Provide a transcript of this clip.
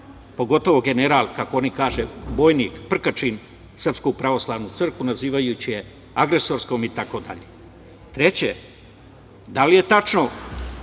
pogotovo general, kako oni kažu, bojnik Prkačin, Srpsku pravoslavnu crkvu, nazivajući je agresorskom itd? Treće, da li je tačno